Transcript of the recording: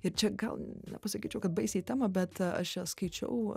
ir čia gal nepasakyčiau kad baisiai į temą bet aš čia skaičiau